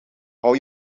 hou